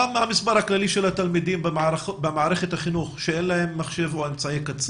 מה מספר התלמידים הכללי במערכת החינוך שאין להם מחשב או אמצעי קצה?